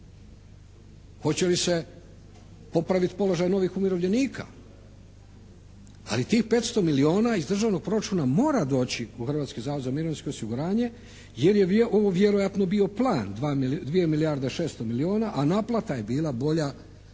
Hoće li se popraviti položaj novih umirovljenika? Ali tih 500 milijuna iz državnog proračuna mora doći u Hrvatski zavod za mirovinsko osiguranje jer je ovo vjerojatno bio plan 2 milijarde 600 milijuna a naplata je bila bolja